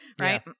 Right